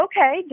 Okay